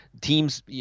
teams